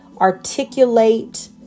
articulate